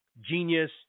genius